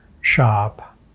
shop